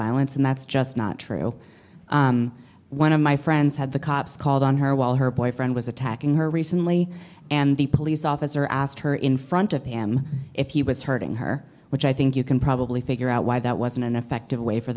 violence and that's just not true one of my friends had the cops called on her while her boyfriend was attacking her recently and the police officer asked her in front of him if he was hurting her which i think you can probably figure out why that wasn't an effective way for